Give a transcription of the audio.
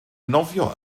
nofio